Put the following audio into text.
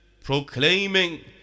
proclaiming